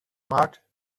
marked